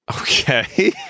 Okay